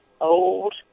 old